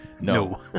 no